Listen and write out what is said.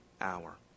hour